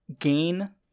gain